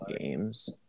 games